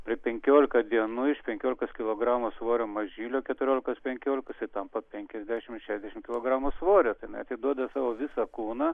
per penkiolika dienų iš penkiolikos kilogramų svorio mažylio keturiolikos penkiolikos tampa penkiasdešimt šešiasdešimt kilogramų svorio tai jinai atiduoda savo visą kūną